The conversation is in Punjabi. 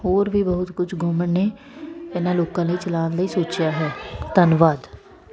ਹੋਰ ਵੀ ਬਹੁਤ ਕੁਝ ਗਵਰਮੈਂਟ ਨੇ ਇਹਨਾਂ ਲੋਕਾਂ ਲਈ ਚਲਾਣ ਲਈ ਸੋਚਿਆ ਹੈ ਧੰਨਵਾਦ